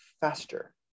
faster